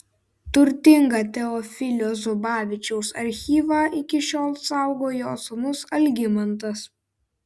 turtingą teofilio zubavičiaus archyvą iki šiol saugo jo sūnus algimantas